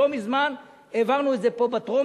לא מזמן העברנו את זה פה בטרומית,